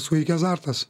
suveikė azartas